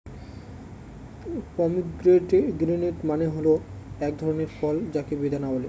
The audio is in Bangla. পমিগ্রেনেট মানে হল এক ধরনের ফল যাকে বেদানা বলে